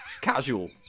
casual